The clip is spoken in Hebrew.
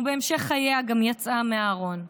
ובהמשך חייה גם יצאה מהארון.